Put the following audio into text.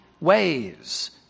ways